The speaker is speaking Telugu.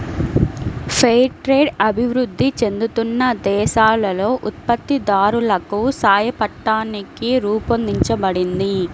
ఫెయిర్ ట్రేడ్ అభివృద్ధి చెందుతున్న దేశాలలో ఉత్పత్తిదారులకు సాయపట్టానికి రూపొందించబడింది